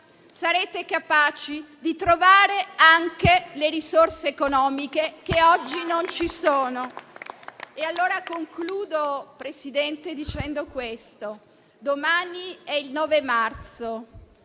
sarete capaci di trovare anche le risorse economiche che oggi non ci sono. E allora concludo, Presidente, dicendo quanto segue: domani è il 9 marzo